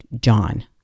john